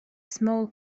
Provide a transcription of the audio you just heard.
small